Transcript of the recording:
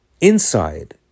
inside